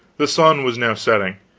the sun was now setting.